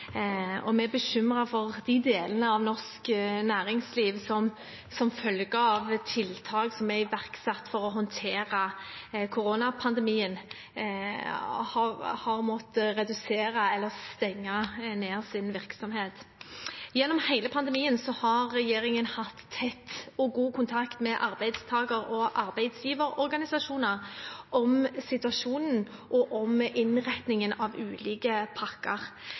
Vi er bekymret for de delene av norsk næringsliv som, som følge av tiltak som er iverksatt for å håndtere koronapandemien, har måttet redusere eller stenge ned sin virksomhet. Gjennom hele pandemien har regjeringen hatt tett og god kontakt med arbeidstaker- og arbeidsgiverorganisasjoner om situasjonen og om innretningen av ulike